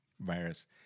virus